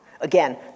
Again